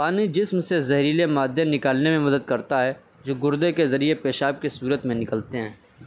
پانی جسم سے زہریلے مادے نکالنے میں مدد کرتا ہے جو گردے کے ذریعے پیشاب کی صورت میں نکلتے ہیں